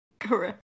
Correct